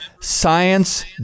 science